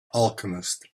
alchemist